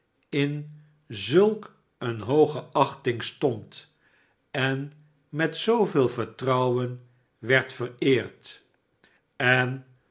in zulk eene hooge achting stond en met zooveel vertrouwen werd vereerd en